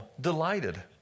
delighted